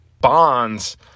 Bonds